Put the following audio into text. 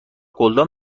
گلدان